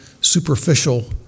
superficial